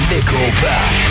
Nickelback